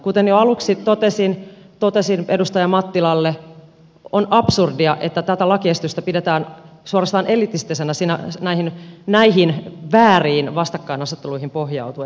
kuten jo aluksi totesin edustaja mattilalle on absurdia että tätä lakiesitystä pidetään suorastaan elitistisenä näihin vääriin vastakkainasetteluihin pohjautuen